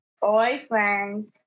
boyfriend